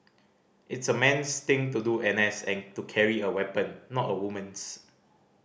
it's a man's thing to do N S and to carry a weapon not a woman's